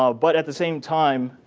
um but at the same time,